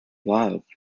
loved